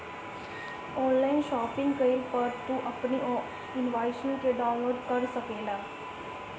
online shopping कईला पअ तू अपनी इनवॉइस के डाउनलोड कअ सकेला